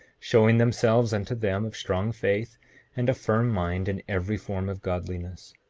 showing themselves unto them of strong faith and a firm mind in every form of godliness.